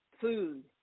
food